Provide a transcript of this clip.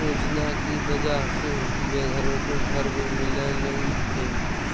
योजना की वजह से बेघरों को घर भी मिललई हे